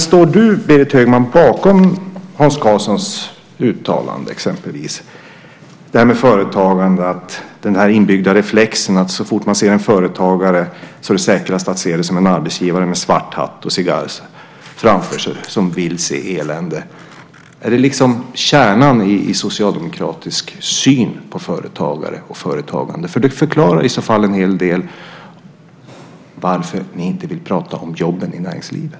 Står du, Berit Högman, bakom exempelvis Hans Karlssons uttalande om företagande och den inbyggda reflexen att så fort man ser en företagare är det säkrast att se honom som en arbetsgivare med svart hatt och cigarr som vill se elände? Är det kärnan i socialdemokratisk syn på företagare och företagande? Det förklarar i så fall en hel del av varför ni inte vill prata om jobben i näringslivet.